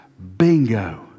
Bingo